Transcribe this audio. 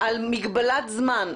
על מגבלת זמן,